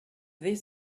this